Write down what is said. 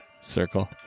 Circle